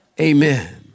Amen